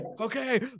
okay